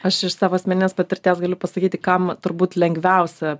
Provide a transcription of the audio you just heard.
aš iš savo asmeninės patirties galiu pasakyti kam turbūt lengviausia